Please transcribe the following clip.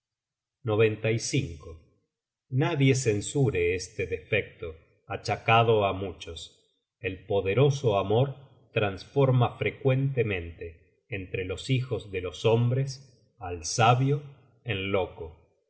o nadie censure este defecto achacado á muchos el poderoso amor trasforma frecuentemente entre los hijos de los hombres al sabio en loco